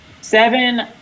Seven